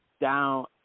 down